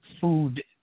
food